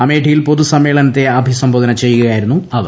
അമേഠിയിൽ പൊതുസമ്മേളനത്തെ അഭിസംബോധന ചെയ്യുകയായിരുന്നു അവർ